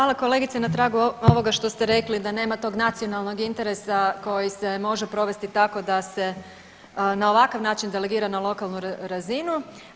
Hvala kolegice na tragu ovoga što ste rekli da nema tog nacionalnog interesa koji se može provesti tako da se na ovakav način delegira na lokalnu razinu.